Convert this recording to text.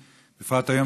בפרט היום,